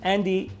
Andy